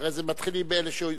אחרי זה מתחילים באלה שהוספו,